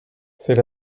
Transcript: c’est